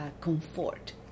comfort